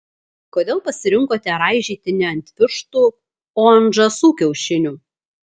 kodėl pasirinkote raižyti ne ant vištų o ant žąsų kiaušinių